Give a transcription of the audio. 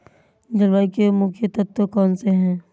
जलवायु के मुख्य तत्व कौनसे हैं?